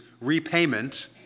repayment